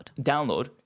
Download